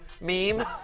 meme